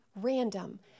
random